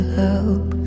help